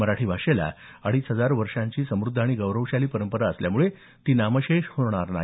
मराठी भाषेला अडीच हजार वर्षांची सम्रद्ध आणि गौरवशाली परंपरा असल्यामुळे ती नामशेष होणार नाही